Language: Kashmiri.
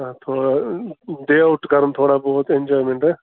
آ تھوڑا ڈے اَوُٹ چھُ کَرُن تھوڑا بہت اینٛجایمٮ۪نٹ